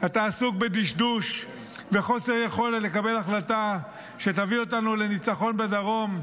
אתה עסוק בדשדוש וחוסר יכולת לקבל החלטה שתביא אותנו לניצחון בדרום,